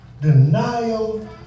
denial